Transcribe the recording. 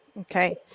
Okay